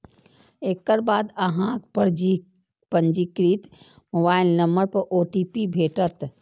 एकर बाद अहांक पंजीकृत मोबाइल नंबर पर ओ.टी.पी भेटत